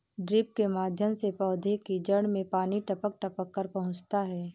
drip के माध्यम से पौधे की जड़ में पानी टपक टपक कर पहुँचता है